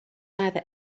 either